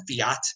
fiat